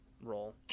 roll